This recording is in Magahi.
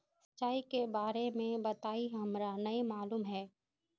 सिंचाई के बारे में बताई हमरा नय मालूम है?